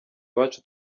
iwacu